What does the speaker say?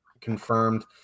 confirmed